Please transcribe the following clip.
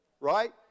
right